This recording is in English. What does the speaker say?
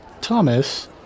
Thomas